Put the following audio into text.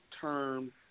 term